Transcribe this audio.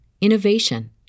innovation